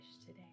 today